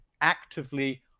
actively